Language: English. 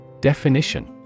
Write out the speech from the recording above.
Definition